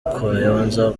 kayonza